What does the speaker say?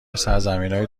سرزمینای